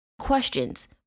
Questions